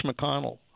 McConnell